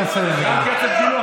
נא לסיים, סגן השר.